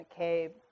McCabe